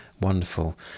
wonderful